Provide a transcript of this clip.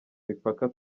mipaka